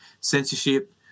censorship